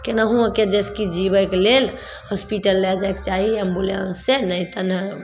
केनाहुओके जाहिसे कि जीबैके लेल हॉस्पिटल लऽ जाइके चाही एम्बुलेंस से नहि तऽ नहि